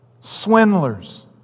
Swindlers